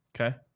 Okay